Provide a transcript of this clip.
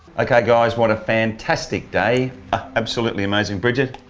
okay guys, what a fantastic day absolutely amazing. brigitte,